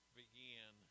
began